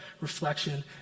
reflection